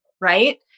Right